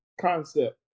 concept